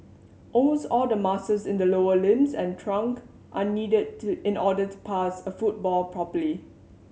almost all the muscles in the lower limbs and trunk are needed to in order to pass a football properly